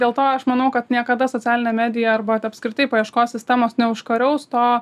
dėl to aš manau kad niekada socialinė medija arba apskritai paieškos sistemos neužkariaus to